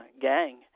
gang